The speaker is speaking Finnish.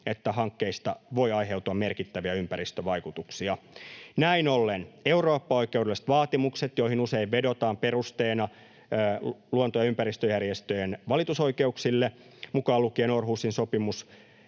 että hankkeista voi aiheutua merkittäviä ympäristövaikutuksia. Näin ollen eurooppaoikeudelliset vaatimukset, joihin usein vedotaan perusteena luonto- ja ympäristöjärjestöjen valitusoikeuksille, mukaan lukien Århusin sopimus,